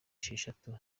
esheshatu